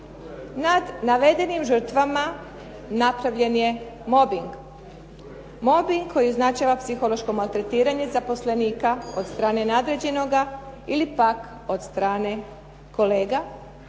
Nad navedenim žrtvama napravljen je mobing, mobing koji označava psihološko maltretiranje zaposlenika od strane nadređenoga ili pak od strane kolega